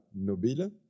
Nobile